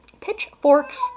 Pitchforks